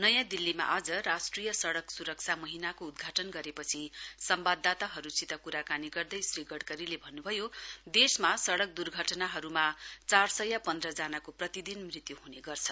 नयाँ दिल्लीमा आज राष्ट्रिय सडक स्रक्षा महीनाको उदघाटन गरेपछि संवाददाताहरूसित कुराकानी गर्दै श्री गडकरीले भन्नुभयो देशमा सडक दुर्घटनाहरूमा चार सय पन्द्र जनाको प्रतिदिन मृत्य् हने गर्छ